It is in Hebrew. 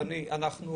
איפה הוא ניתן והאם הוא